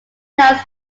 lines